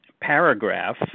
paragraph